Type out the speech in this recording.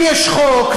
אם יש חוק,